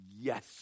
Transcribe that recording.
Yes